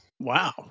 Wow